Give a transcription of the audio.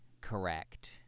correct